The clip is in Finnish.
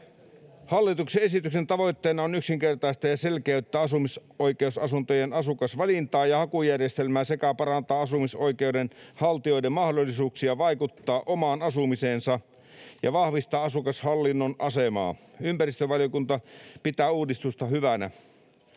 Hallituksen esityksen tavoitteena on yksinkertaistaa ja selkeyttää asumisoikeusasuntojen asukasvalintaa ja hakujärjestelmää sekä parantaa asumisoikeuden haltijoiden mahdollisuuksia vaikuttaa omaan asumiseensa ja vahvistaa asukashallinnon asemaa. Ympäristövaliokunta pitää uudistusta hyvänä.